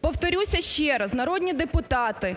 Повторюсь ще раз. Народні депутати,